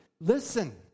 listen